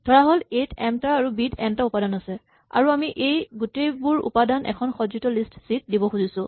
ধৰাহ'ল A to M টা আৰু বি ত এন টা উপাদান আছে আৰু আমি এই গোটেইবোৰ উপাদান এখন সজ্জিত লিষ্ট চি ত দিব খুজিছো